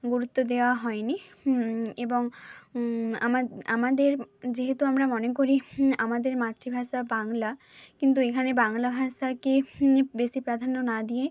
গুরুত্ব দেওয়া হয়নি এবং আমাদের যেহেতু আমরা মনে করি আমাদের মাতৃভাষা বাংলা কিন্তু এখানে বাংলা ভাষাকে বেশি প্রাধান্য না দিয়ে